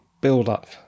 build-up